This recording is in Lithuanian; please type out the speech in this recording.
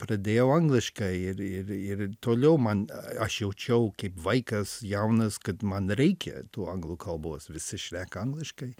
pradėjau angliškai ir ir ir toliau man aš jaučiau kaip vaikas jaunas kad man reikia tų anglų kalbos visi šneka angliškai